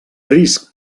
risc